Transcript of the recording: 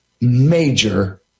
major